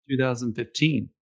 2015